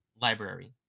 library